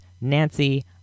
Nancy